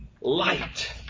light